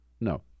No